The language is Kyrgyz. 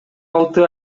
алты